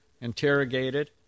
interrogated